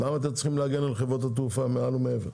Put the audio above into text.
למה אתם צריכים להגן על חברות התעופה מעל ומעבר?